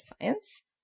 science